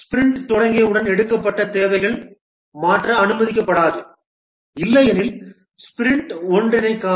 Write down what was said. sprint தொடங்கியவுடன் எடுக்கப்பட்ட தேவைகள் மாற்ற அனுமதிக்கப்படாது இல்லையெனில் ஸ்பிரிண்ட் ஒன்றிணைக்காது